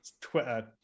Twitter